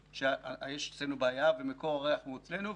שיש אצלנו בעיה ומקור הריח הוא אצלנו,